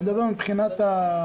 אני מדבר מבחינת התזמון.